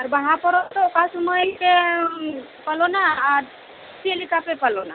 ᱟᱨ ᱵᱟᱦᱟ ᱯᱚᱨᱚᱵᱽ ᱫᱚ ᱚᱠᱟ ᱥᱚᱢᱚᱭ ᱯᱮ ᱯᱟᱞᱚᱱᱟ ᱟᱨ ᱪᱮᱫ ᱞᱮᱠᱟ ᱯᱮ ᱯᱟᱞᱚᱱᱟ